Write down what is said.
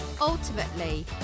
ultimately